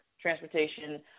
transportation